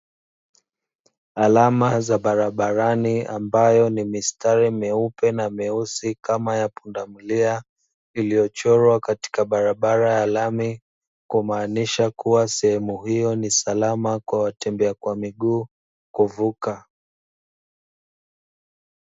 Alama za barabarani ambayo ni mistari mieupe na mieusi kama ya pundamilia, iliyochorwa katika barabara ya lami kumaanisha kuwa sehemu hiyo ni salama kwa watembea kwa miguu kuvuka.